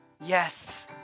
Yes